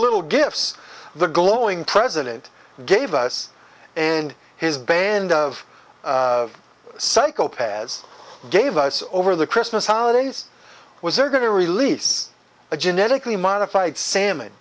little gifts the glowing president gave us and his band of psychopaths gave us over the christmas holidays was they're going to release a genetically modified salmon